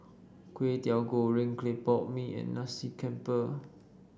Kway Teow Goreng Clay Pot Mee and Nasi Campur